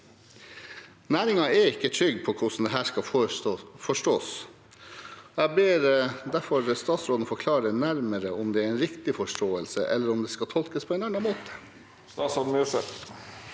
Næringen er ikke trygg på hvordan dette skal forstås. Jeg ber derfor statsråden forklare nærmere om det er en riktig forståelse, eller om det skal tolkes på en annen måte.